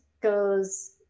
goes